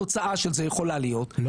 התוצאה של זה יכולה להיות,